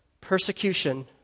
persecution